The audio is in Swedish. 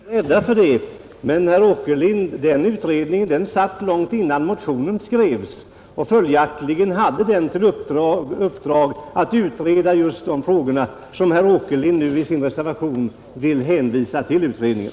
Herr talman! Nej, vi är inte rädda för det. Men, herr Åkerlind, den utredningen tillsattes långt innan motionen skrevs, och den har i uppdrag att utreda just de frågor som herr Åkerlind i sin reservation nu vill hänvisa till utredningen.